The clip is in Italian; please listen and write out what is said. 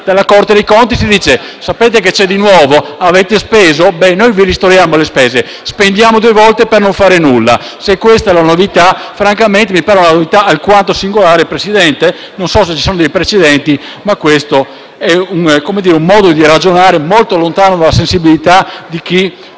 dalla Corte dei conti, si dice: avete speso? Ebbene, noi vi ristoriamo le spese. Spendiamo due volte per non fare nulla. Se questa è la novità, francamente mi pare una novità alquanto singolare, Presidente, non se ci sono dei precedenti ma questo è un modo di ragionare molto lontano dalla sensibilità di chi